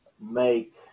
make